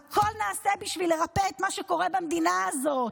הכול נעשה בשביל לרפא את מה שקורה במדינה הזאת.